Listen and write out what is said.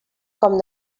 com